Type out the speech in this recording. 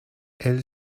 elle